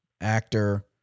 Actor